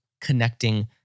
connecting